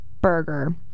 Burger